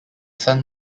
son